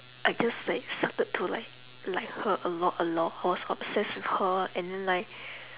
I just like started to like like her a lot a lot I was like obsessed with her and then like